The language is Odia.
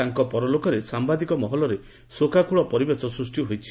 ତାଙ୍କ ପରଲୋକରେ ସାମ୍ଘାଦିକ ମହଲରେ ଶୋକାକୁଳ ପରିବେଶ ସୃଷି ହୋଇଛି